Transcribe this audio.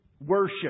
worship